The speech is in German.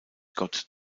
gott